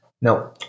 no